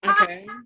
Okay